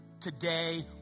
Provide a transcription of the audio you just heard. today